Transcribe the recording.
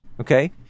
Okay